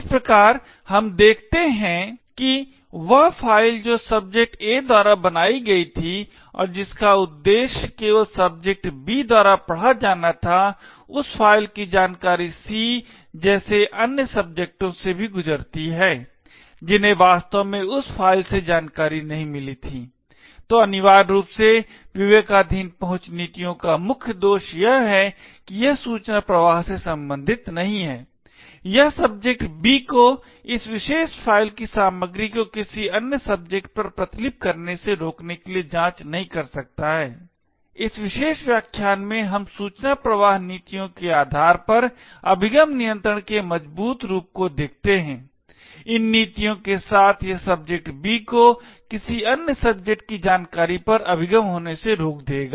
इस प्रकार हम देखते हैं कि वह फाइल जो सब्जेक्ट A द्वारा बनाई गई थी और जिसका उद्देश्य केवल सब्जेक्ट B द्वारा पढ़ा जाना था उस फ़ाइल की जानकारी C जैसे अन्य सब्जेक्टों से भी गुजरती है जिन्हें वास्तव में उस फ़ाइल से जानकारी नहीं मिली थी तो अनिवार्य रूप से विवेकाधीन पहुंच नीतियों का मुख्य दोष यह है कि यह सूचना प्रवाह से संबंधित नहीं है यह सब्जेक्ट B को इस विशेष फ़ाइल की सामग्री को किसी अन्य सब्जेक्ट पर प्रतिलिपि करने से रोकने के लिए जांच नहीं कर सकता है इस विशेष व्याख्यान में हम सूचना प्रवाह नीतियों के आधार पर अभिगम नियंत्रण के मजबूत रूप को देखते हैं इन नीतियों के साथ यह सब्जेक्ट B को किसी अन्य सब्जेक्ट की जानकारी पर अभिगम होने से रोक देगा